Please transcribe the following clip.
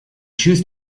chose